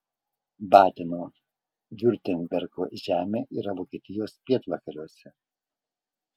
badeno viurtembergo žemė yra vokietijos pietvakariuose